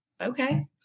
Okay